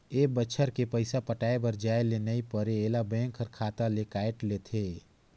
ए बच्छर के पइसा पटाये बर जाये ले नई परे ऐला बेंक हर खाता ले कायट लेथे